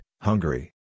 Hungary